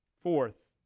Fourth